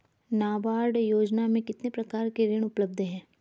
नाबार्ड योजना में कितने प्रकार के ऋण उपलब्ध हैं?